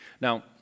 Now